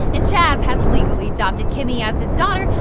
and chas has legally adopted kimi as his daughter,